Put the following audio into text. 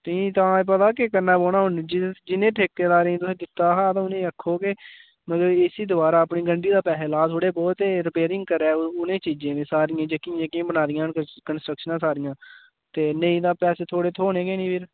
ते तां पता केह् करना पौना जि'नें ठेकेदारें ईं तुसें दित्ता हा ते उ'नें ई आक्खो कि मतलब इस्सी दोआरै अपनी गंढी दा पैसे लान थोह्ड़े बहुत ते रिपेरिंग कराओ उ'नें चीजें दी सारियें दी जेह्कियां जेह्कियां बनाई दियां कंस्ट्रक्शनां सारियां ते नेईं तां पैसे थुआढ़े थ्होनै गै नेईं फ्ही